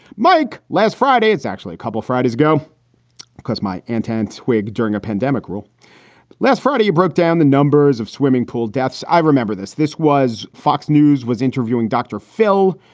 mike, last friday. it's actually a couple of friday's go because my antenna twig during a pandemic rule last friday, you broke down the numbers of swimming pool deaths. i remember this. this was fox news was interviewing dr. phil.